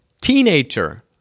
teenager